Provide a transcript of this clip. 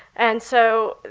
and so